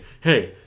hey